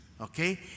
okay